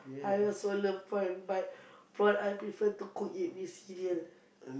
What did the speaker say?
I also love prawn but prawn I prefer to cook it with cereal